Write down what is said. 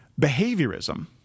Behaviorism